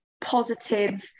positive